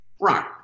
Right